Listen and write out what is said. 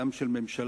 גם של ממשלה,